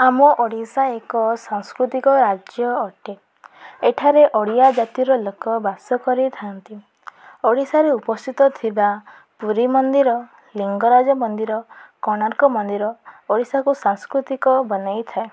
ଆମ ଓଡ଼ିଶା ଏକ ସାଂସ୍କୃତିକ ରାଜ୍ୟ ଅଟେ ଏଠାରେ ଓଡ଼ିଆ ଜାତିର ଲୋକ ବାସ କରିଥାନ୍ତି ଓଡ଼ିଶାରେ ଉପସ୍ଥିତ ଥିବା ପୁରୀ ମନ୍ଦିର ଲିଙ୍ଗରାଜ ମନ୍ଦିର କୋଣାର୍କ ମନ୍ଦିର ଓଡ଼ିଶାକୁ ସାଂସ୍କୃତିକ ବନେଇଥାଏ